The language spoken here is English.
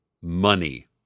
money